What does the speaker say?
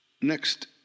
Next